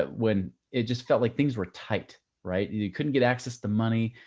but when it just felt like things were tight, right? you couldn't get access to money.